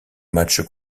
match